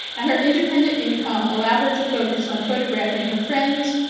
and her independent income allowed her to focus on photographing her friends,